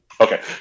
Okay